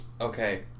okay